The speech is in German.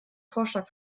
vorschlag